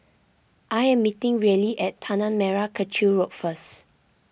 I am meeting Reilly at Tanah Merah Kechil Road first